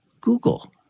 Google